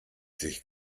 sich